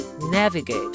navigate